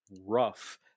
rough